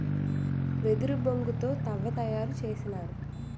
వెదురు బొంగు తో తవ్వ తయారు చేసినారు